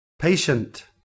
Patient